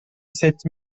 sept